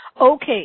Okay